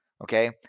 okay